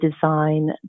design